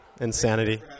Insanity